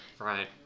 right